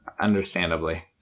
understandably